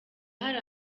hari